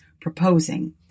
proposing